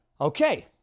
Okay